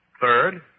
Third